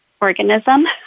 organism